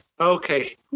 Okay